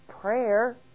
prayer